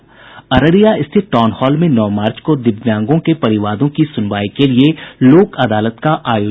अररिया स्थित town hall में नौ मार्च को दिव्यांगों के परिवादों की सुनवाई के लिए लोक अदालत का आयोजन किया जायेगा